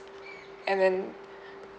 and then